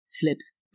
flips